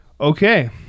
okay